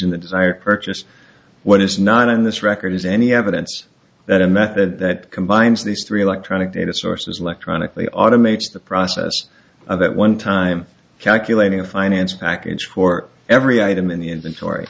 in the desired purchase what is not in this record is any evidence that a method that combines these three electronic data sources electronically automates the process of at one time calculating a finance package for every item in